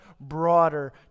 broader